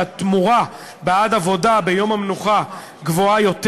שהתמורה בעד עבודה ביום המנוחה גבוהה יותר.